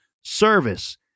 service